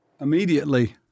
immediately